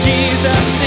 Jesus